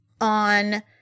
on